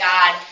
God